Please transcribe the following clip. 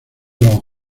los